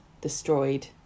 destroyed